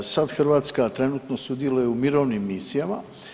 Sad Hrvatska trenutno sudjeluje u mirovnim misijama.